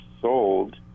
sold